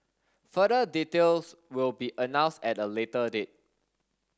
further details will be announced at a later date